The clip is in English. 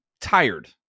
tired